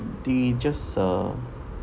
they just uh